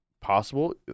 possible